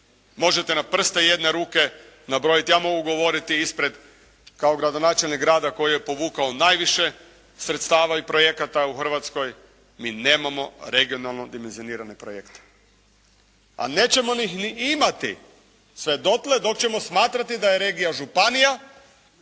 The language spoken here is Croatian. Možete na prste jedne ruke nabrojiti, ja mogu govoriti ispred, kao gradonačelnik grada koji je povukao najviše sredstava i projekata u Hrvatskoj, mi nemamo regionalno dimenzionirane projekte. A nećemo ih ni imati sve dotle dok ćemo smatrati da je regija županija